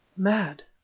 mad,